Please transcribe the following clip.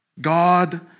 God